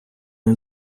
він